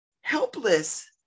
helpless